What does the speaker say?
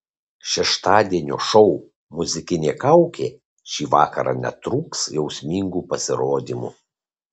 šeštadienio šou muzikinė kaukė šį vakarą netrūks jausmingų pasirodymų